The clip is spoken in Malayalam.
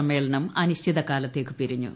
സമ്മേളനം അനിശ്ചിതുകാലുത്തേക്ക് പിരിഞ്ഞു